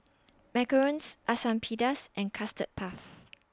Macarons Asam Pedas and Custard Puff